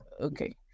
Okay